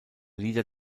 lieder